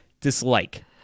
dislike